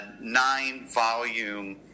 nine-volume